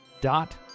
dot